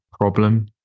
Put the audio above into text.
problem